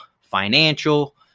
financial